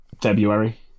February